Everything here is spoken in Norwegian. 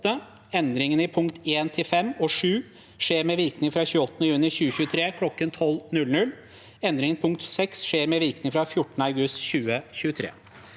Endringene i punkt 1 til 5 og 7 skjer med virkning fra 28. juni 2023 kl. 12.00. Endringen i punkt 6 skjer med virkning fra 14. august 2023.»